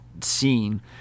scene